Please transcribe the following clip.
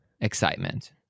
excitement